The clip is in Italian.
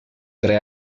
tre